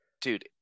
dude